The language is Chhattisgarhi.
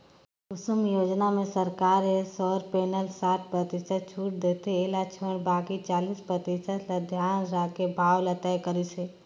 कुसुम योजना म सरकार ह सउर पेनल बर साठ परतिसत छूट देथे एला छोयड़ बाकि चालीस परतिसत ल धियान राखके भाव ल तय करिस हे